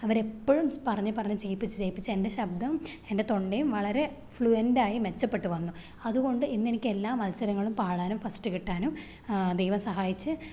അവരെപ്പൊഴും ച് പറഞ്ഞ് പറഞ്ഞ് ചെയ്യിപ്പിച്ച് ചെയ്യിപ്പിച്ച് എന്റെ ശബ്ദം എന്റെ തൊണ്ടയും വളരെ ഫ്ലുവന്റ്റായി മെച്ചപ്പെട്ടു വന്നു അതുകൊണ്ട് ഇന്നെനിക്ക് എല്ലാ മത്സരങ്ങളും പാടാനും ഫസ്റ്റ് കിട്ടാനും ദൈവം സഹായിച്ച്